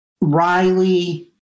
riley